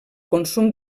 consum